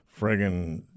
friggin